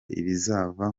ibizava